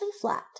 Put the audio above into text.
flat